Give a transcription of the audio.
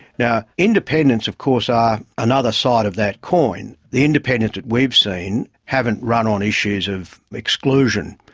now independents of course are another side of that coin. the independents that we've seen haven't run on issues of exclusion.